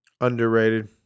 Underrated